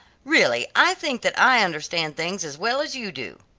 really i think that i understand things as well as you do.